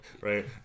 Right